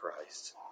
Christ